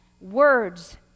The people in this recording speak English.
words